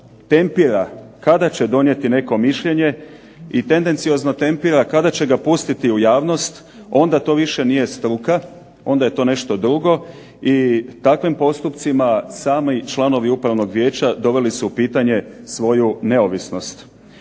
tempira kada će donijeti neko mišljenje i tendenciozno tempira kada će ga pustiti u javnost, onda to više nije struka onda je to nešto drugo i takvim postupcima sami članovi upravnog vijeća doveli su u pitanje svoju neovisnost.